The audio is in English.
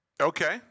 okay